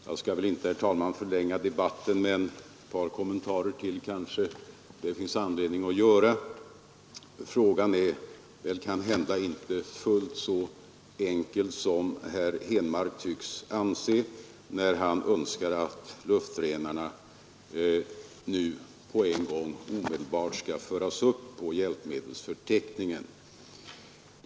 Jag skall väl inte, herr talman, förlänga debatten, men det finns kanske ytterligare ett par kommentarer att göra. Frågan är kanhända inte fullt så enkel som herr Henmark tycks anse när han önskar att luftrenarna nu omedelbart skall föras upp på hjälpmedelsförteckningen.